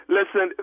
Listen